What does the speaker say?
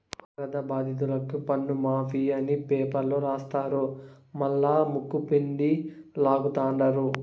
వరద బాధితులకి పన్నుమాఫీ అని పేపర్ల రాస్తారు మల్లా ముక్కుపిండి లాగతండారు